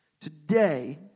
Today